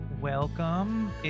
Welcome